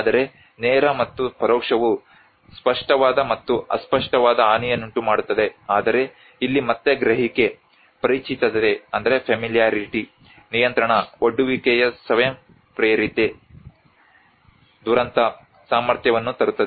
ಆದರೆ ನೇರ ಮತ್ತು ಪರೋಕ್ಷವು ಸ್ಪಷ್ಟವಾದ ಮತ್ತು ಅಸ್ಪಷ್ಟವಾದ ಹಾನಿಯನ್ನುಂಟು ಮಾಡುತ್ತದೆ ಆದರೆ ಇಲ್ಲಿ ಮತ್ತೆ ಗ್ರಹಿಕೆ ಪರಿಚಿತತೆ ನಿಯಂತ್ರಣ ಒಡ್ಡುವಿಕೆಯ ಸ್ವಯಂಪ್ರೇರಿತೆ ದುರಂತ ಸಾಮರ್ಥ್ಯವನ್ನು ತರುತ್ತದೆ